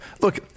Look